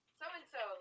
so-and-so